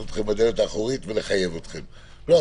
אתכם בדלת האחורית ולחייב אתכם לא.